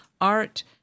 art